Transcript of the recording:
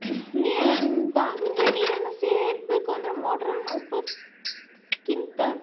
ಬಾವಿಯಿಂದ ನೀರನ್ನು ಸೇದಬೇಕು ಅಂದರೆ ಮೋಟ್ರನ್ನ ಉಪಯೋಗ್ಸೋಕ್ಕಿಂತ